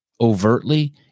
overtly